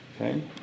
okay